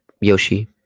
Yoshi